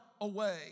away